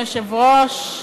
אדוני היושב-ראש,